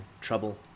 trouble